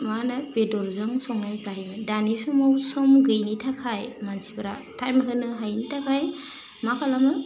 मा होनो बेदरजों संनानै जाहोयोमोन दानि समाव सम गैयैनि थाखाय मानसिफोरा टाइम होनो हायैनि थाखाय मा खालामो